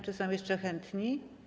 Czy są jeszcze chętni?